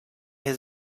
his